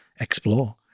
explore